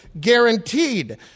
guaranteed